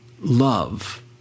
love